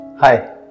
hi